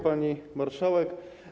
Pani Marszałek!